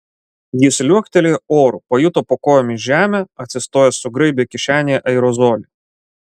jis liuoktelėjo oru pajuto po kojomis žemę atsistojęs sugraibė kišenėje aerozolį